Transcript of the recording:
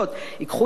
ייקחו את הכסף,